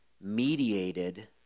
mediated